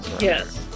Yes